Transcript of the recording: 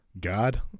god